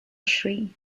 shri